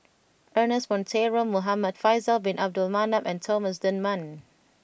Ernest Monteiro Muhamad Faisal Bin Abdul Manap and Thomas Dunman